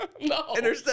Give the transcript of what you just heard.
No